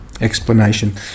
explanation